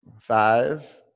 five